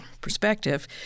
perspective